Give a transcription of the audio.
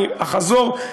אני אחזור,